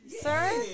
sir